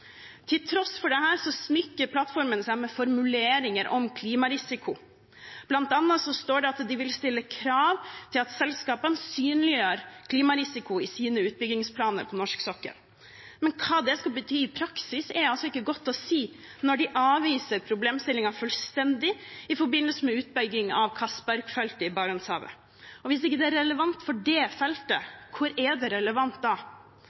Til tross for dette smykker plattformen seg med formuleringer om klimarisiko. Blant annet står det at de vil stille krav til at selskapene synliggjør klimarisiko i sine utbyggingsplaner på norsk sokkel. Men hva det skal bety i praksis, er ikke godt å si når de avviser problemstillingen fullstendig i forbindelse med utbyggingen av Castberg-feltet i Barentshavet. Hvis det ikke er relevant for det feltet, hvor er det relevant da?